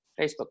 Facebook